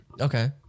Okay